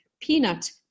peanut